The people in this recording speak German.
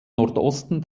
nordosten